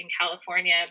California